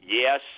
Yes